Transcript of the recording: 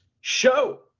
show